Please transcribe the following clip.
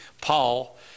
Paul